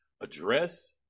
address